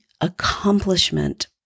accomplishment